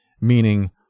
Meaning